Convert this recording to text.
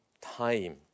time